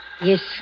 Yes